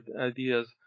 ideas